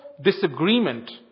disagreement